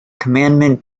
commandment